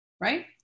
right